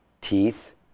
teeth